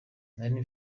nari